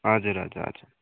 हजुर हजुर हजु